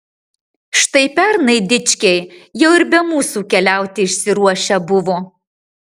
štai pernai dičkiai jau ir be mūsų keliauti išsiruošę buvo